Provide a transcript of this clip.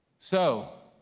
so